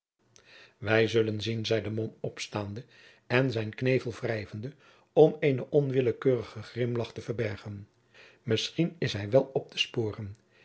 wij zullen zien zeide mom opstaande en zijn knevel wrijvende om eenen onwillekeurigen grimlagch te verbergen misschien is hij wel op te sporen